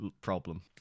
problem